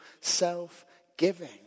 self-giving